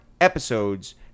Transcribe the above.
episodes